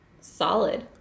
Solid